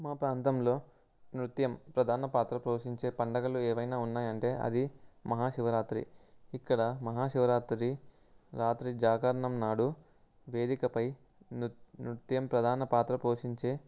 మా ప్రాంతంలో నృత్యం ప్రధాన పాత్ర పోషించే పండగలు ఏవైనా ఉన్నాయంటే అది మహాశివరాత్రి ఇక్కడ మహాశివరాత్రి రాత్రి జాగరణం నాడు వేదికపై నృ నృత్యం ప్రధాన పాత్ర పోషించే